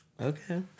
Okay